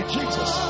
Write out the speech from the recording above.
Jesus